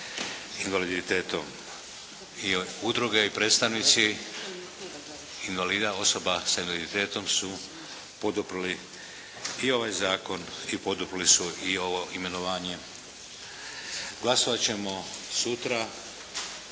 invaliditetom. Jer udruge i predstavnici invalida, osoba sa invaliditetom su poduprli i ovaj zakon i poduprli su i ovo imenovanje. Glasovat ćemo sutra,